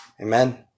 Amen